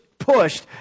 pushed